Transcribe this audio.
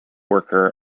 worker